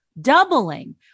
doubling